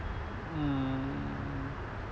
mm